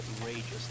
outrageous